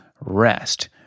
rest